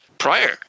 Prior